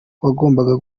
wagomba